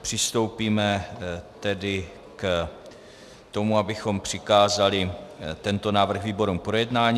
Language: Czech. Přistoupíme tedy k tomu, abychom přikázali tento návrh výborům k projednání.